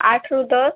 ଆଠରୁ ଦଶ